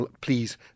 please